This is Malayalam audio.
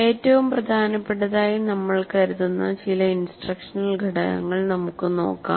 ഏറ്റവും പ്രധാനപ്പെട്ടതായി നമ്മൾ കരുതുന്ന ചില ഇൻസ്ട്രക്ഷണൽ ഘടകങ്ങൾ നമുക്ക് നോക്കാം